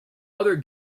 other